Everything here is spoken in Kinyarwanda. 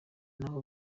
n’aho